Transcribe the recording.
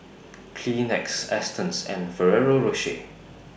Kleenex Astons and Ferrero Rocher